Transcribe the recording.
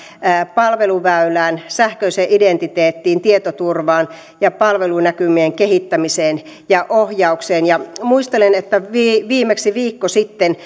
palveluväylään sähköiseen identiteettiin tietoturvaan ja palvelunäkymien kehittämiseen ja ohjaukseen muistelen että viimeksi viikko sitten